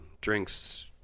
drinks